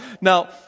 Now